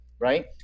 right